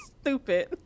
stupid